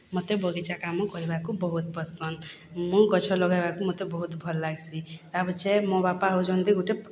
ମତେ ବଗିଚା କାମ କରିବାକୁ ବହୁତ୍ ପସନ୍ଦ୍ ମୁଁ ଗଛ ଲଗେଇଆକୁ ମତେ ବହୁତ୍ ଭଲ୍ ଲାଗ୍ସି ତା ପଛେ ମୋ ବାପା ହଉଛନ୍ତି ଗୋଟେ